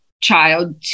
child